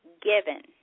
given